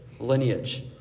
Lineage